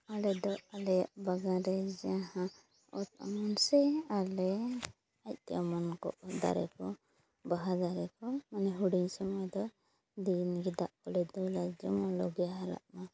ᱟᱞᱮᱫᱚ ᱟᱞᱮᱭᱟᱜ ᱵᱟᱜᱟᱱᱨᱮ ᱡᱟᱦᱟᱸ ᱚᱛ ᱚᱢᱚᱱ ᱥᱮ ᱟᱞᱮ ᱟᱡᱛᱮ ᱚᱢᱚᱱ ᱠᱚᱜ ᱫᱟᱨᱮᱠᱚ ᱵᱟᱦᱟ ᱫᱟᱨᱮᱠᱚ ᱚᱱᱮ ᱦᱩᱰᱤᱧ ᱥᱚᱢᱚᱭ ᱫᱚ ᱫᱤᱱᱜᱮ ᱫᱟᱜ ᱠᱚᱞᱮ ᱫᱩᱞᱟ ᱡᱮᱢᱚᱱ ᱞᱚᱜᱚᱱ ᱦᱟᱨᱟᱜ ᱢᱟ